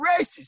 racist